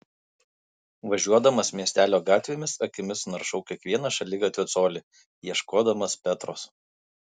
važiuodamas miestelio gatvėmis akimis naršau kiekvieną šaligatvio colį ieškodamas petros